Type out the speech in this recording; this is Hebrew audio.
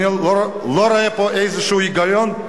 אני לא רואה פה איזה היגיון,